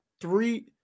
three